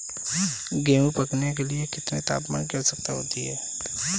गेहूँ पकने के लिए कितने तापमान की आवश्यकता होती है?